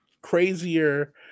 crazier